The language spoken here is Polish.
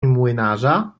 młynarza